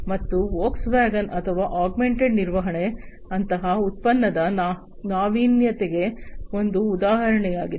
ಮತ್ತು ವೋಕ್ಸ್ವ್ಯಾಗನ್ ಅಥವಾ ಆಗ್ಮೆಂಟೆಡ್ ನಿರ್ವಹಣೆ ಅಂತಹ ಉತ್ಪನ್ನದ ನಾವೀನ್ಯತೆಗೆ ಒಂದು ಉದಾಹರಣೆಯಾಗಿದೆ